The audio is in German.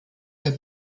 der